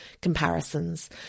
comparisons